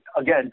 again